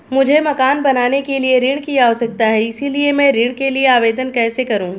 मुझे मकान बनाने के लिए ऋण की आवश्यकता है इसलिए मैं ऋण के लिए आवेदन कैसे करूं?